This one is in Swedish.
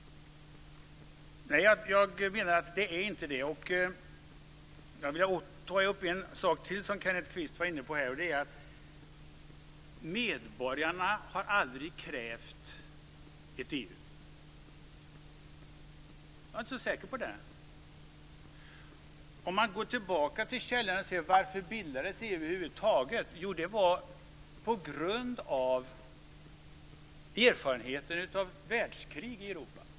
Nej, jag menar att det inte är det. Jag vill ta upp en sak till som Kenneth Kvist var inne på, att medborgarna aldrig har krävt ett EU. Jag är inte så säker på det. Om man går tillbaka till källorna och ser efter varför EU bildades över huvud taget finner man att det var på grund av erfarenheter av världskrig i Europa.